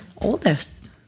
oldest